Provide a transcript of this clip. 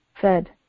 fed